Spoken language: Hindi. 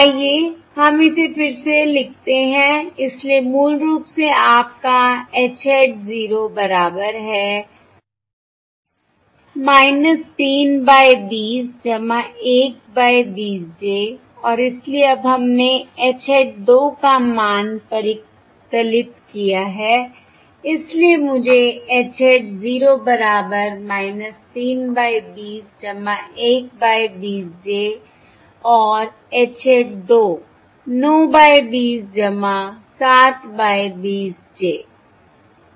आइए हम इसे फिर से लिखते हैं इसलिए मूल रूप से आपका H hat 0 बराबर है 3 बाय 20 1 बाय 20 j और इसलिए अब हमने H hat 2 का मान परिकलित किया है इसलिए मुझे H hat 0 बराबर 3 बाय 20 1 बाय 20 j और H hat 2 9 by 20 7 by 20 j